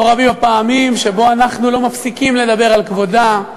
לא רבות הפעמים שבהן אנחנו לא מפסיקים לדבר על כבודה,